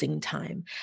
time